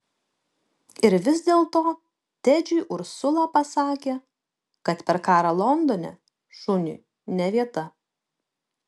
ir vis dėlto tedžiui ursula pasakė kad per karą londone šuniui ne vieta